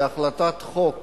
היא החלטת חוק